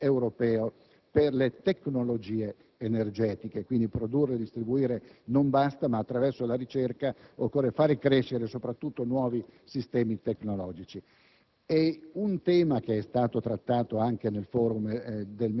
Al punto 6 si parla di piano strategico europeo per le tecnologie energetiche. Produrre e distribuire non basta, ma attraverso la ricerca occorre far crescere soprattutto nuovi sistemi tecnologici.